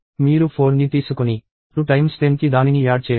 మీరు 4ని తీసుకొని 2 10కి దానిని యాడ్ చేయండి